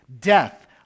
death